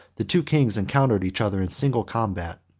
the two kings encountered each other in single combat.